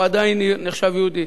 הוא עדיין נחשב יהודי.